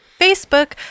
facebook